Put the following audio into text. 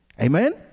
Amen